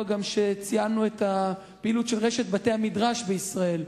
שבו ציינו את הפעילות של רשת בתי-המדרש בישראל,